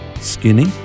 skinny